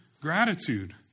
gratitude